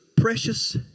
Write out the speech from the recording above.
precious